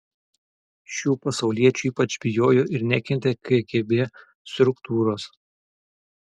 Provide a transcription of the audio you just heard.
šių pasauliečių ypač bijojo ir nekentė kgb struktūros